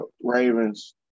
Ravens